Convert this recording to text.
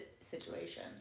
situation